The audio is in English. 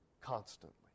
constantly